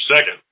Second